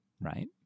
right